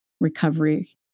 recovery